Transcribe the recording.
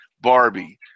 Barbie